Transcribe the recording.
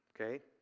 okay